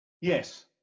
Yes